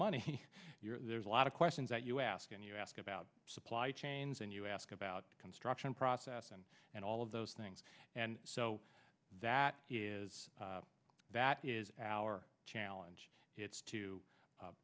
money there's a lot of questions that you ask and you ask about supply chains and you ask about the construction process and and all of those things and so that is that is our challenge it's to